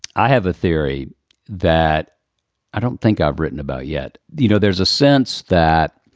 i have a theory that i don't think i've written about yet. you know, there's a sense that.